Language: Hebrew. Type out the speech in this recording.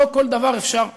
לא כל דבר אפשר לגלות.